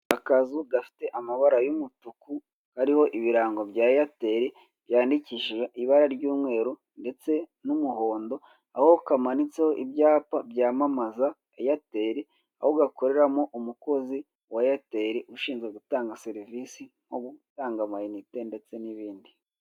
Akazu gafite amabara y'umutuku ariho ibirango bya eyeteli byandikishije ibara ry'umweru ndetse n'umuhondo kamanitseho ibyapa byamamaza eyateli aho gakoreramo umukozi wa eyeteli ushinzwe gutanga serivise no gutanga amayinite ndetse n'ibindi.